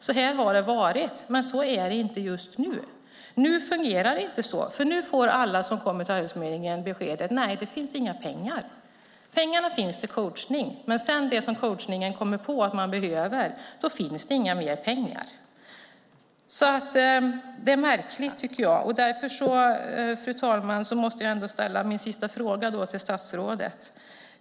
Så har det varit, men så är det inte just nu. Nu fungerar det inte så. Nu får alla som kommer till Arbetsförmedlingen beskedet: Det finns inga pengar. Det finns pengar till coachning. Men för det de i coachningen kommer på att de behöver finns inga mer pengar. Det är märkligt. Fru talman! Jag måste ställa min sista fråga till statsrådet.